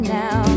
now